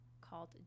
called